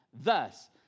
Thus